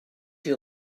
you